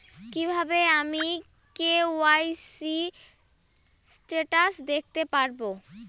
কিভাবে আমি KYC status দেখতে পারবো?